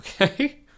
Okay